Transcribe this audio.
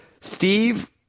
Steve